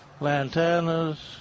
lantanas